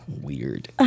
weird